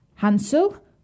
Hansel